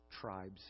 tribes